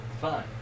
Fine